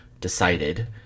decided